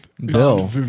Bill